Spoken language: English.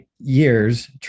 years